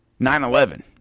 9-11